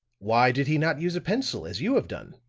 why did he not use a pencil, as you have done?